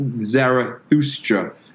Zarathustra